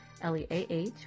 L-E-A-H